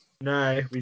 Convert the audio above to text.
No